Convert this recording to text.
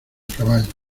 caballo